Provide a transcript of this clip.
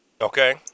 Okay